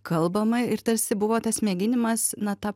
kalbama ir tarsi buvo tas mėginimas na tą